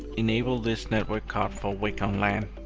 enable this network card for wake on lan.